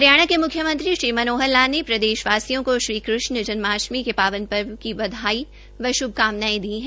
हरियाणा के म्ख्यमंत्री श्री मनोहर लाल ने प्रदेशवासियों को श्रीकृष्ण जन्माष्टमी के पावन पर्व की बधाई व श्भकामनाएं दी हैं